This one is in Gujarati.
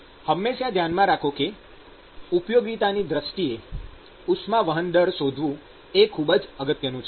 હમેશાં ધ્યાનમાં રાખો કે ઉપયોગિતાની દ્રષ્ટિએ ઉષ્મા વહન દર શોધવું એ ખૂબ જ અગત્યનું છે